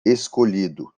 escolhido